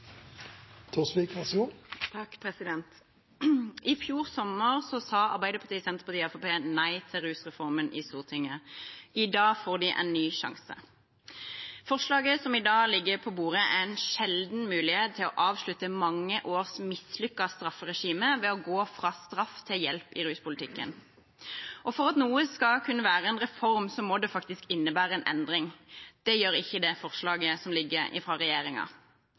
I fjor sommer sa Arbeiderpartiet, Senterpartiet og Fremskrittspartiet nei til rusreformen i Stortinget. I dag får de en ny sjanse. Forslaget som i dag ligger på bordet, er en sjelden mulighet til å avslutte mange års mislykket strafferegime ved å gå fra straff til hjelp i ruspolitikken, og for at noe skal kunne være en reform, må det faktisk innebære en endring. Det gjør ikke det forslaget som ligger fra regjeringen. Norges overdosestatistikk er dyster. Vi har ligget i